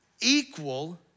equal